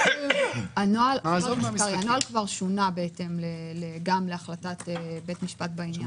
הנוהל כבר שונה בהתאם גם להחלטת בית משפט בעניין.